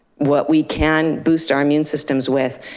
what we can boost our immune systems with.